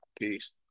Peace